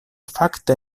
fakte